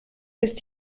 ist